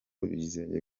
bizeye